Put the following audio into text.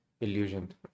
illusion